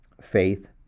Faith